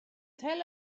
tell